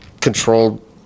controlled